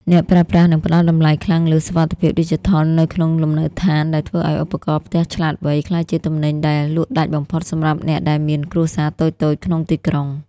អ្នកប្រើប្រាស់នឹងផ្ដល់តម្លៃខ្លាំងលើ "សុវត្ថិភាពឌីជីថល" នៅក្នុងលំនៅឋាន ដែលធ្វើឱ្យឧបករណ៍ផ្ទះឆ្លាតវៃ ក្លាយជាទំនិញដែលលក់ដាច់បំផុតសម្រាប់អ្នកដែលមានគ្រួសារតូចៗក្នុងទីក្រុង។